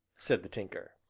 said the tinker.